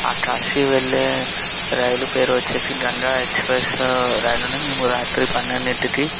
ఆ కాశీ వెళ్ళే రైలు పేరు వచ్చేసి గంగా ఎక్స్ప్రెస్ రైలుని మేము రాత్రి పన్నెండింటికి